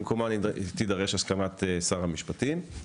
במקומה תידרש הסכמת שר המשפטים.